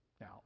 Now